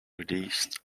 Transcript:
released